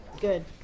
good